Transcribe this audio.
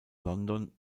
london